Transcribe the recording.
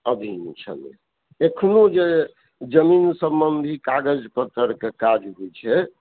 अधीन छलै एखनो जे जमीन सम्बन्धी कागज पत्तरके काज होइत छै